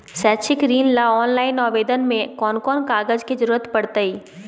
शैक्षिक ऋण ला ऑनलाइन आवेदन में कौन कौन कागज के ज़रूरत पड़तई?